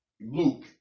Luke